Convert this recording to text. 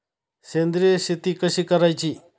सेंद्रिय शेती कशी करायची?